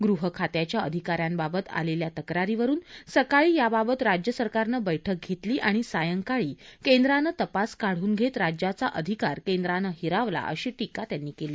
गृहखात्याच्या अधिकाऱ्यांबाबत आलेल्या तक्रारीवरून सकाळी याबाबत राज्यसरकारनं बैठक घेतली आणि सायंकाळी केंद्रानं तपास काढून घेत राज्याचा अधिकार केंद्रानं हिरावला अशी टीका त्यांनी केली